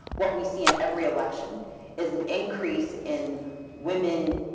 what we see in every election is an increase in women,